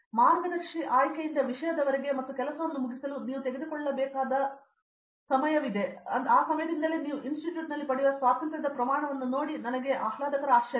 ಮಾರ್ಗದರ್ಶಿ ಆಯ್ಕೆಯಿಂದ ವಿಷಯದವರೆಗೆ ಮತ್ತು ಕೆಲಸವನ್ನು ಮುಗಿಸಲು ನೀವು ತೆಗೆದುಕೊಳ್ಳಬೇಕಾದ ಸಮಯದಿಂದಲೇ ನಾವು ಇನ್ಸ್ಟಿಟ್ಯೂಟ್ನಲ್ಲಿ ಪಡೆಯುವ ಸ್ವಾತಂತ್ರ್ಯದ ಪ್ರಮಾಣವನ್ನು ನೋಡಿ ನನಗೆ ಆಹ್ಲಾದಕರ ಆಶ್ಚರ್ಯ